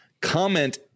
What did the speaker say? comment